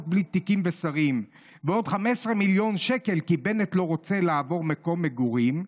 בלי תיק לשרים / ועוד 15 מיליון שקל כי בנט לא רוצה לעבור מקום מגורים,